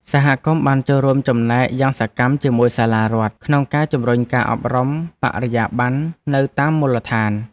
សហគមន៍បានចូលរួមចំណែកយ៉ាងសកម្មជាមួយសាលារដ្ឋក្នុងការជំរុញការអប់រំបរិយាបន្ននៅតាមមូលដ្ឋាន។